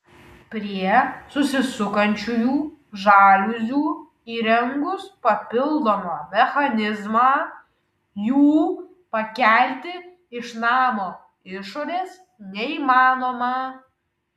prie susisukančiųjų žaliuzių įrengus papildomą mechanizmą jų pakelti iš namo išorės neįmanoma